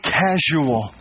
casual